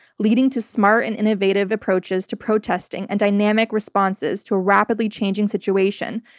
leading to smart and innovative approaches to protesting and dynamic responses to a rapidly changing situation.